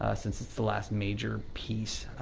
ah since it's the last major piece.